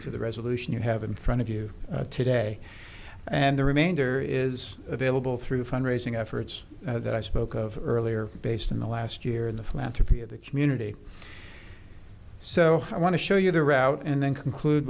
to the resolution you have in front of you today and the remainder is available through fundraising efforts that i spoke of earlier based in the last year in the flattery of the community so i want to show you the route and then conclude